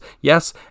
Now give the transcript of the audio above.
Yes